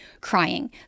crying